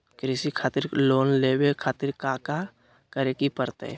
कृषि खातिर लोन लेवे खातिर काका करे की परतई?